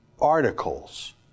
articles